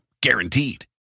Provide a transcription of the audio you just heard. Guaranteed